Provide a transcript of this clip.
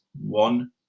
one